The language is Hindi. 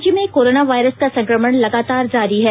राज्य में कोरोना वायरस का संक्रमण लगातार जारी है